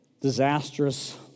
disastrous